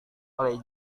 oleh